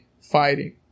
fighting